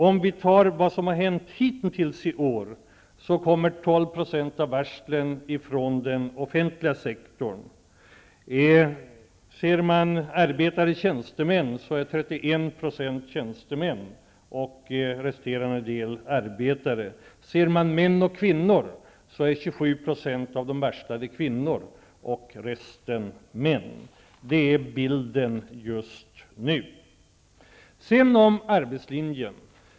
Sett till vad som har hänt hittills i år kommer 12 % Resterande procent gäller således männen. Det är bilden just nu. Sedan något om arbetslinjen.